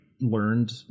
learned